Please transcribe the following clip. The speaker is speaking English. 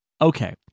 okay